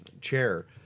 chair